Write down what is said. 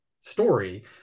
story